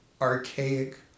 archaic